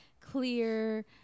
clear